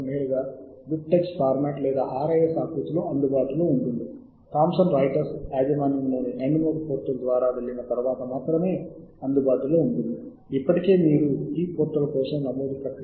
నేను BibTeX format ఎన్నుకోవాలని మీకు సలహా ఇస్తాను ఎందుకంటే ఇది చాలా రిఫరెన్స్ మేనేజ్మెంట్ సాఫ్ట్వేర్ లకు ఇది స్థానిక ఫార్మాట్ మరియు తరువాత దీనిని ఇతర ఫార్మాట్లకు మార్చవచ్చు